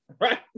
Right